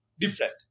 different